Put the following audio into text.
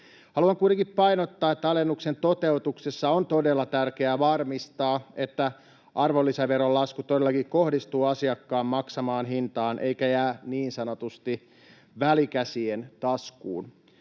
Haluan kuitenkin painottaa, että alennuksen toteutuksessa on todella tärkeää varmistaa, että arvonlisäveron lasku todellakin kohdistuu asiakkaan maksamaan hintaan eikä jää niin sanotusti välikäsien taskuun.